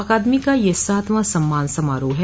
अकादमी का यह सातवां सम्मान समारोह है